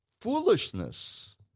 Foolishness